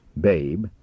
babe